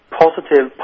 positive